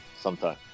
sometime